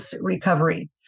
recovery